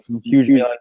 Huge